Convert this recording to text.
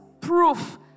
proof